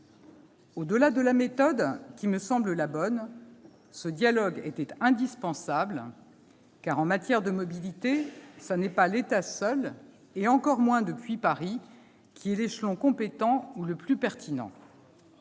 Au-delà de la méthode, qui me semble la bonne, ce dialogue était indispensable, car, en matière de mobilité, ce n'est pas l'État seul, et encore moins depuis Paris, qui est l'échelon compétent ou le plus pertinent.